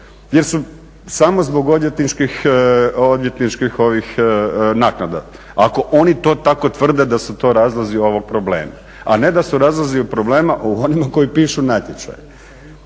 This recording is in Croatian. jer su samo zbog odvjetničkih naknada. Ako oni to tako tvrde da se to razlozi ovog problema, a ne da su razlozi problema u onima koji pišu natječaje